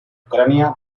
ucrania